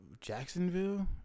Jacksonville